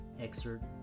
excerpt